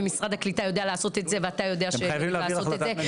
ומשרד הקליטה יודע לעשות את זה ואתה יודע שהם יודעים לעשות את זה.